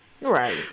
right